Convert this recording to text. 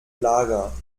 lager